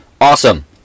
Awesome